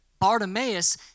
Bartimaeus